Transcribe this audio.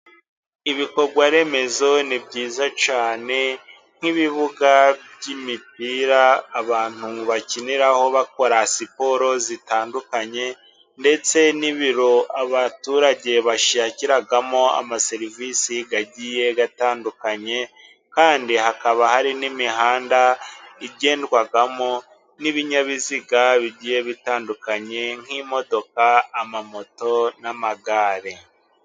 Ibikorwaremezo ni byiza cyane, nk'ibibuga by'imipira, abantu bakiniraho, bakora siporo zitandukanye, ndetse n'ibiro abaturage bashakiramo amaserivisi agiye atandukanye, kandi hakaba hari n'imihanda igendwamo n'ibinyabiziga bigiye bitandukanye, nk'imodoka, amamoto n'amagare.